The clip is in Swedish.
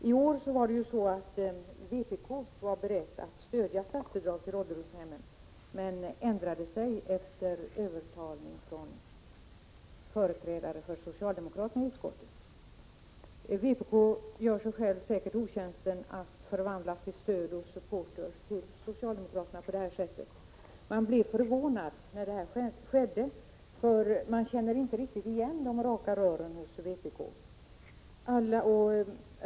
I år var vpk berett att stödja kravet på statsbidrag till ålderdomshem, men ändrade sig efter övertalning från företrädare för socialdemokraterna i utskottet. Vpk gör sig självt säkert en otjänst genom att förvandla sig till supportrar till socialdemokratin på det här sättet. Man blev förvånad när detta skedde, för man känner inte riktigt igen de ”raka rören” hos vpk.